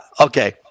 okay